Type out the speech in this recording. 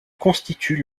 constituent